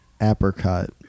apricot